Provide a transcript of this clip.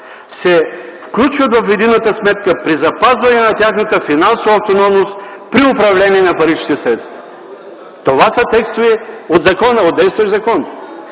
се включват в единната сметка при запазване на тяхната финансова автономност при управление на паричните средства. Това са текстове от действащ закон.